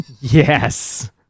Yes